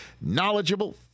knowledgeable